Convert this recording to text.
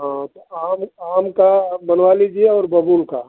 हाँ तो आम आम का आप बनवा लीजिए और बबूल का